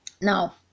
now